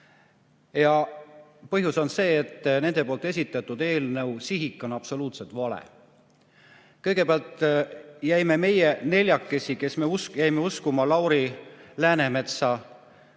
Ja põhjus on see, et nende poolt esitatud eelnõu sihik on absoluutselt vale. Kõigepealt jäime meie neljakesi, kes me jäime uskuma Lauri Läänemetsa